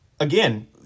Again